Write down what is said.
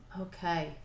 Okay